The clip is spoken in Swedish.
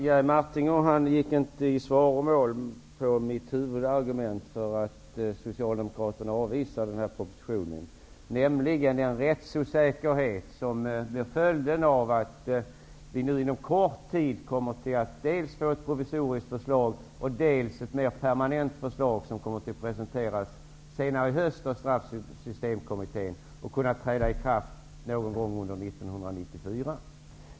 Herr talman! Jerry Martinger gick inte i svaromål mot mitt huvudargument för att Socialdemokraterna avvisar den här propositionen, nämligen den rättsosäkerhet som blir följden av att vi inom kort tid dels kommer att få ett provisoriskt förslag, dels får ett mer permanent förslag, som kommer att presenteras i höst av Straffsystemkommittén och som skall träda i kraft någon gång under 1994.